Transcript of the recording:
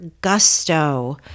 Gusto